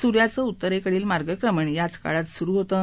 सुर्याचं उत्तरेकडील मार्गक्रमण याच काळात सुरु होतं